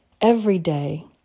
everyday